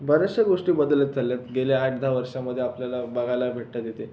बऱ्याचशा गोष्टी बदलत चालल्या आहेत गेल्या आठ दहा वर्षामध्ये आपल्याला बघायला भेटतात इथे